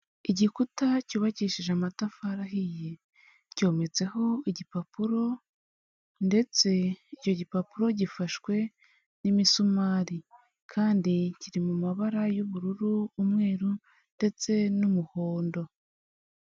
Igikuta cyubakishije amatafari ahiye, cyometseho igipapuro ndetse icyo gipapuro gifashwe n'imisumari, kandi kiri mu mabara y'ubururu, umweru ndetse n'umuhondo.